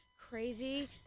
crazy